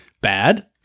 Bad